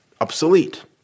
obsolete